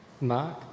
Mark